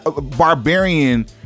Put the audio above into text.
Barbarian